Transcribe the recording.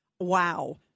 Wow